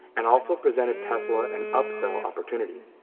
and also presented tesla an upsell opportunity.